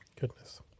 Goodness